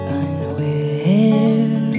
unaware